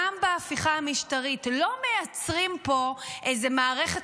גם בהפיכה המשטרית לא מייצרים פה איזו מערכת